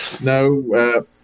No